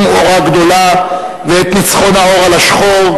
אורה גדולה ואת ניצחון האור על השחור,